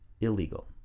illegal